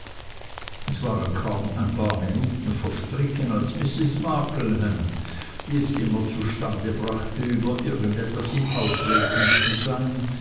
es waren kaum ein paar minuten verstrichen als mrs markleham die es immer zustande brachte über irgend etwas in aufregung zu sein